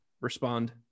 respond